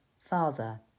father